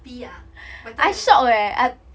b ah better than pa~